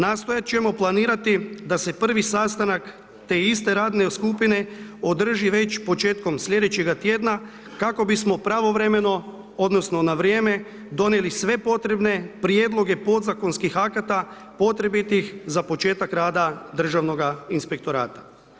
Nastojati ćemo planirati da se prvi sastanak te iste radne skupine održi već početkom sljedećega tjedna kako bismo pravovremeno odnosno na vrijeme donijeli sve potrebne prijedloge podzakonskih akata potrebitih za početak rada Državnoga inspektorata.